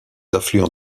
affluents